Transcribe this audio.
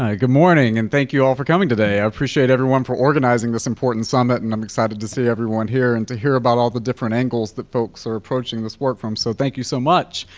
ah good morning. and thank you all for coming today. i appreciate everyone for organizing this important summit and i'm excited to see everyone here and to hear about all the different angles that folks are approaching this work from. so thank you so much.